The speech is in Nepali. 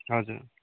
हजुर